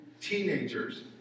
teenagers